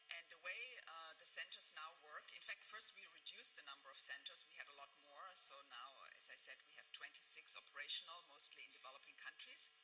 and the way the centers now work in fact, first we reduced the number of centers. we had a lot more. so now, as i said, we have twenty six operational, mostly in developing countries.